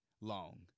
long